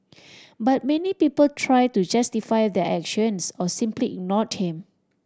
but many people try to justify their actions or simply ignored him